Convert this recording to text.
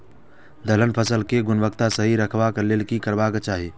दलहन फसल केय गुणवत्ता सही रखवाक लेल की करबाक चाहि?